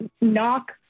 knock